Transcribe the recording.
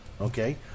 okay